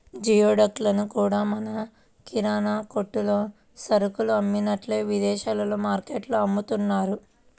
geoduck లను కూడా మన కిరాణా కొట్టుల్లో సరుకులు అమ్మినట్టే విదేశాల్లో మార్టుల్లో అమ్ముతున్నారు